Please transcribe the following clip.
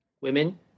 Women